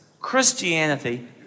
Christianity